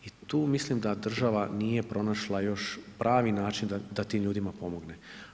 I tu mislim da država nije pronašla još pravi način da tim ljudima pomogne.